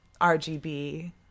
RGB